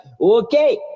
Okay